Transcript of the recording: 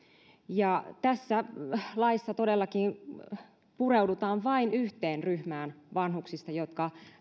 ja tässä laissa todellakin pureudutaan vain yhteen ryhmään vanhuksista jotka